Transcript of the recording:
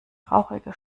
rauchige